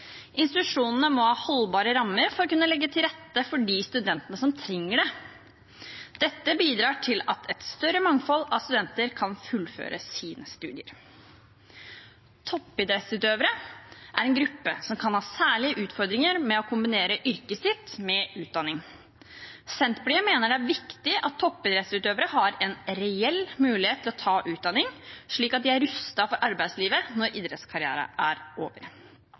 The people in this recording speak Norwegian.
Institusjonene må ha holdbare rammer for å kunne legge til rette for de studentene som trenger det. Dette bidrar til at et større mangfold av studenter kan fullføre sine studier. Toppidrettsutøvere er en gruppe som kan ha særlige utfordringer med å kombinere yrket sitt med utdanning. Senterpartiet mener det er viktig at toppidrettsutøvere har en reell mulighet til å ta utdanning slik at de er rustet for arbeidslivet når idrettskarrieren er over.